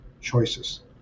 choices